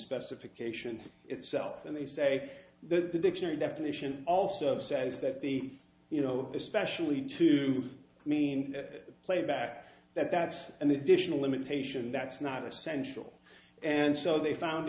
specification itself and they say that the dictionary definition also says that the you know especially to mean playback that that's an additional limitation that's not essential and so they found